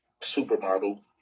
supermodel